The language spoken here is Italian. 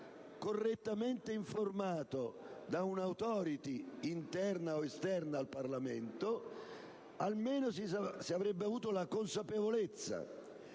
correttamente informato da un'*authority* interna o esterna ad esso, almeno se ne avrebbe avuta consapevolezza.